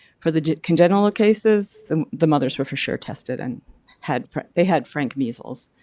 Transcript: for the congenital ah cases, the the mothers were for sure tested and had they had frank measles.